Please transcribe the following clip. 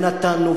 ונתנו,